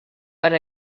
per